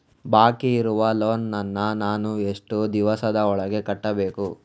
ಬಾಕಿ ಇರುವ ಲೋನ್ ನನ್ನ ನಾನು ಎಷ್ಟು ದಿವಸದ ಒಳಗೆ ಕಟ್ಟಬೇಕು?